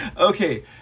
Okay